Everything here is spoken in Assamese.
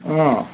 অ'